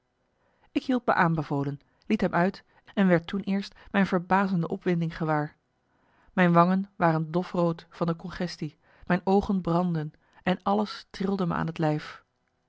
hield me aanbevolen liet hem uit en werd toen eerst mijn verbazende opwinding gewaar mijn wangen waren dof rood van de congestie mijn oogen brandden en alles trilde me aan het lijf